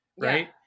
right